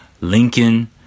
Lincoln